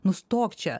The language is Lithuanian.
nustok čia